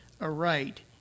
aright